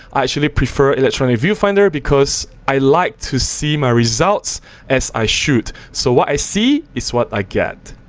i actually prefer electronic viewfinder because i like to see my results as i shoot so what i see is what i get!